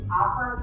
offer